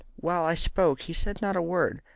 while i spoke he said not a word,